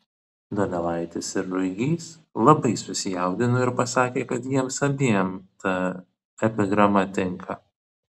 donelaitis ir ruigys labai susijaudino ir pasakė kad jiems abiem ta epigrama tinka